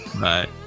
Bye